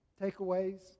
takeaways